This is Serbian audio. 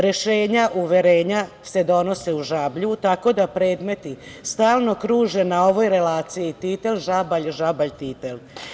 Rešenja ili uverenja se donose u Žablju, tako da predmeti stalno kruže na ovoj relaciji, Titel-Žabalj, Žabalj-Titel.